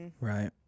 Right